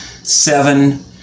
Seven